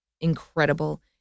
incredible